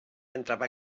entrava